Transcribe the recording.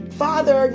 father